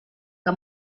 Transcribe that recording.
que